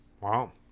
Wow